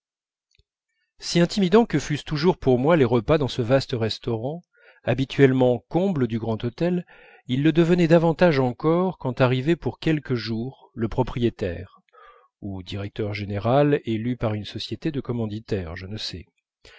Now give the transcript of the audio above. si intimidants que fussent toujours pour moi les repas dans ce vaste restaurant habituellement comble du grand hôtel ils le devenaient davantage encore quand arrivait pour quelques jours le propriétaire ou directeur général élu par une société de commanditaires je ne sais